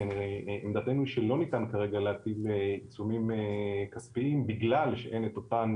עמדתינו שלא ניתן כרגע להטיל עיצומים כספיים בגלל שאין את אותם